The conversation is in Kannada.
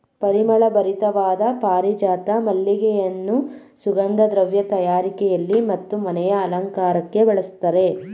ಪರಿಮಳ ಭರಿತವಾದ ಪಾರಿಜಾತ ಮಲ್ಲಿಗೆಯನ್ನು ಸುಗಂಧ ದ್ರವ್ಯ ತಯಾರಿಕೆಯಲ್ಲಿ ಮತ್ತು ಮನೆಯ ಅಲಂಕಾರಕ್ಕೆ ಬಳಸ್ತರೆ